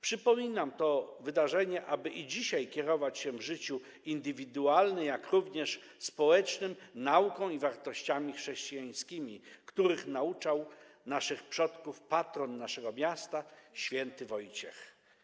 Przypominam to wydarzenie, aby i dzisiaj kierować się w życiu indywidualnym i społecznym nauką i wartościami chrześcijańskimi, których nauczał naszych przodków patron naszego miasta św. Wojciech.